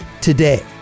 today